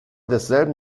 desselben